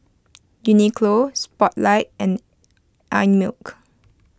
Uniqlo Spotlight and Einmilk